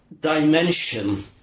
dimension